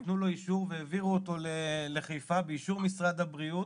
הם נתנו לו אישור והעבירו אותו לחיפה באישור משרד הבריאות,